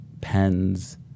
pens